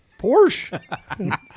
Porsche